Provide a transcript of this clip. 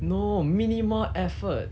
no minimal effort